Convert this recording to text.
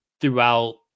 throughout